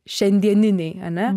šiandieniniai ane